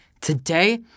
Today